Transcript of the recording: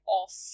off